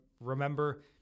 Remember